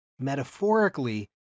metaphorically